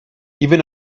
even